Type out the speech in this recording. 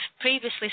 previously